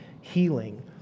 healing